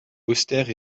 austère